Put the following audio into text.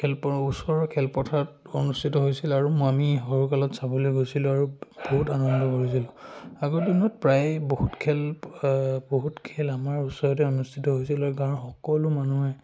খেল প ওচৰৰ খেলপথাৰত অনুষ্ঠিত হৈছিল আৰু মই আমি সৰু কালত চাবলৈ গৈছিলোঁ আৰু বহুত আনন্দ কৰিছিলোঁ আগৰ দিনত প্ৰায় বহুত খেল বহুত খেল আমাৰ ওচৰতে অনুষ্ঠিত হৈছিল আৰু গাঁৱৰ সকলো মানুহে